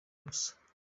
busa